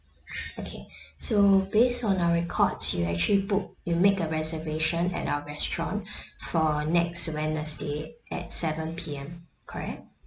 okay so based on our records you actually book you make a reservation at our restaurant for next wednesday at seven P_M correct